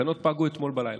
התקנות פגו אתמול בלילה.